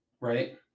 right